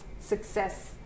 success